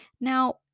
Now